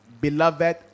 beloved